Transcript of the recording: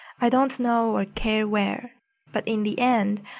i don't know or care where but in the end,